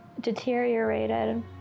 deteriorated